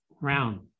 round